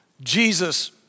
Jesus